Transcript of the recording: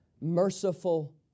merciful